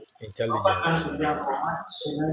intelligence